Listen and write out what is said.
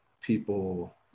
people